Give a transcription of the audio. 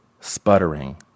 sputtering